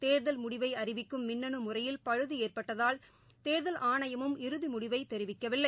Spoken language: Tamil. தேர்தல் முடிவைஅறிவிக்கும் மின்னுமுறையில் பழுதுஏற்பட்டதால் தேர்தல் ஆணையமும் இறுதிமுடிவைதெரிவிக்கவில்லை